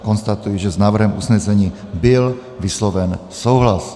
Konstatuji, že s návrhem usnesení byl vysloven souhlas.